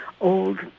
old